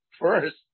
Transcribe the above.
first